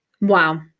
Wow